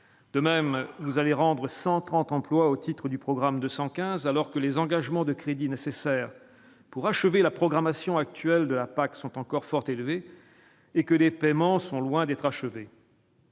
de même vous allez rendre 130 emplois au titre du programme de 115 alors que les engagements de crédits nécessaires pour achever la programmation actuelle de la PAC sont encore fortes élevé et que des paiements sont loin d'être achevée.